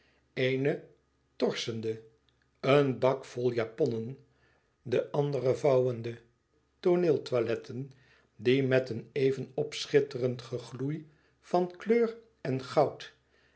eene torsende een bak vol japonnen de andere vouwende tooneeltoiletten die met een even opschitte e rend gegloei van kleur en goud